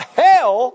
hell